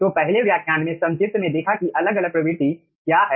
तो पहले व्याख्यान में संक्षिप्त में देखा कि अलग अलग प्रवृत्ति क्या हैं